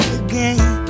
again